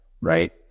right